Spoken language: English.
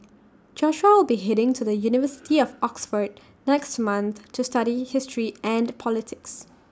Joshua will be heading to the university of Oxford next month to study history and politics